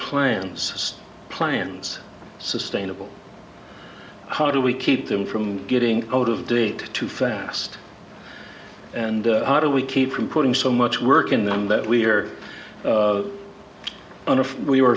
plans plans sustainable how do we keep them from getting out of date too fast and how do we keep from putting so much work in them that we're under we were